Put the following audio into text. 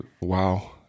Wow